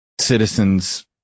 citizens